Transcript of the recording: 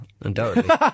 Undoubtedly